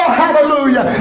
hallelujah